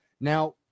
Now